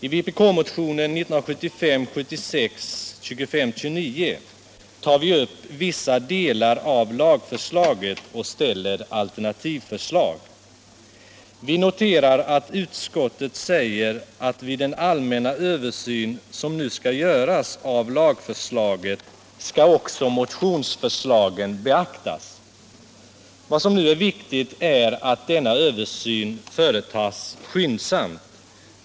I vpk-motionen 1975/76:2529 tar vi upp vissa delar av lagförslaget och ställer alternativförslag. Vi noterar att utskottet säger att vid den allmänna översyn som nu skall göras av lagförslaget skall också motionsförslagen beaktas. Vad som nu är viktigt är att denna översyn företas skyndsamt.